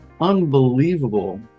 unbelievable